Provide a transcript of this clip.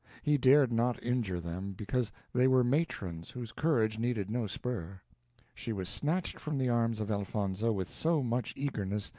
he dared not injure them, because they were matrons whose courage needed no spur she was snatched from the arms of elfonzo, with so much eagerness,